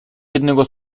jednego